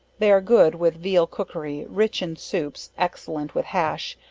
they are good with veal cookery, rich in soups, excellent with hash,